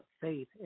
faith